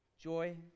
Joy